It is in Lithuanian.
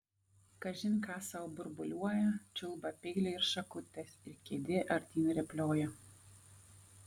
kažin ką sau burbuliuoja čiulba peiliai ir šakutės ir kėdė artyn rėplioja